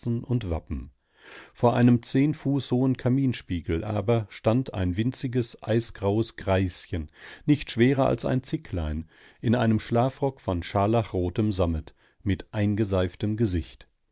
und wappen vor einem zehn fuß hohen kaminspiegel aber stand ein winziges eisgraues greischen nicht schwerer als ein zicklein in einem schlafrock von scharlachrotem sammet mit eingeseiftem gesicht